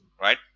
Right